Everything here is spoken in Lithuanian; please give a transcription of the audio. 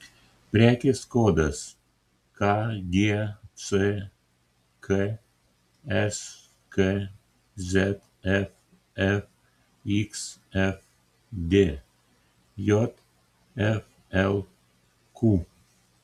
prekės kodas kgck skzf fxfd jflq